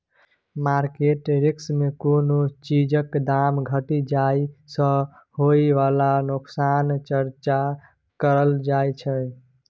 market risk मे कोनो चीजक दाम घटि जाइ सँ होइ बला नोकसानक चर्चा करल जाइ छै